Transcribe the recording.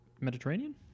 Mediterranean